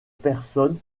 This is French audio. personne